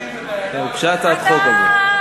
דיינים ודיינות, הוגשה הצעת חוק כזו.